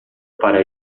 para